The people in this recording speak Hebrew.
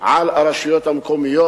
על הרשויות המקומיות?